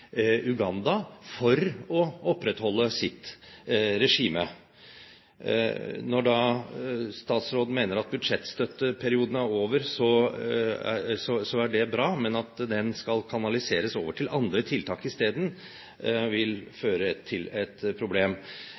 Uganda for å opprettholde sitt regime. Når da statsråden mener at budsjettstøtteperioden er over, så er det bra, men at den skal kanaliseres over til andre tiltak i stedet, vil føre til et problem.